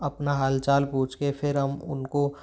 अपना हालचाल पूछ के फिर हम उनको